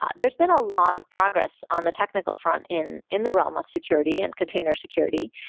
ah there's been a lot of progress on the technical front in in the realm of security and container security.